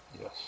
Yes